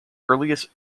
earliest